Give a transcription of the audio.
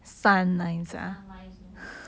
三 lines you know